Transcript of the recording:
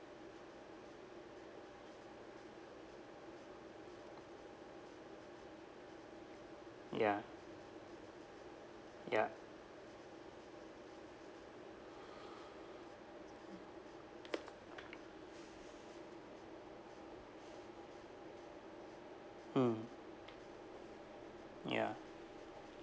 ya ya mm ya